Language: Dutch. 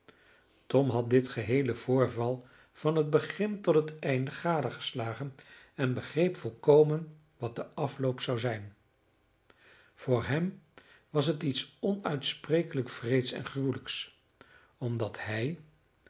tom had dit geheele voorval van het begin tot het einde gadegeslagen en begreep volkomen wat de afloop zou zijn voor hem was het iets onuitsprekelijk wreeds en gruwelijks omdat hij